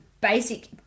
basic